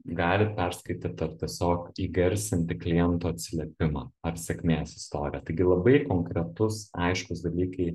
galit perskaityt ar tiesiog įgarsinti kliento atsiliepimą ar sėkmės istoriją taigi labai konkretus aiškūs dalykai